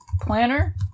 planner